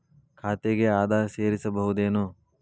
ಖಾತೆಗೆ ಆಧಾರ್ ಸೇರಿಸಬಹುದೇನೂ?